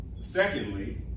Secondly